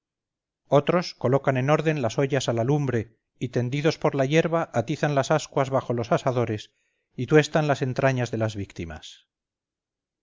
otros colocan en orden las ollas a la lumbre y tendidos por la hierba atizan las ascuas bajo los asadores y tuestan las entrañas de las víctimas